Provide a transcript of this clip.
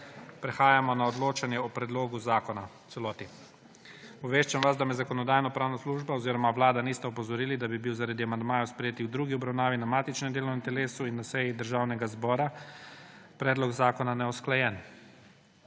Prehajamo na odločanje o predlogu zakona v celoti. Obveščam vas, da me Zakonodajno-pravna služba oziroma Vlada nista opozorili, da bi bil zaradi amandmajev sprejetih v drugi obravnavi na matičnem delovnem telesu in na seji Državnega zbora predlog zakona neusklajen.